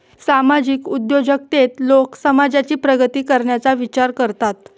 सामाजिक उद्योजकतेत लोक समाजाची प्रगती करण्याचा विचार करतात